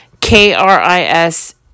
K-R-I-S